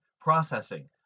processing